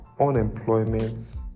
unemployment